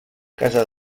casa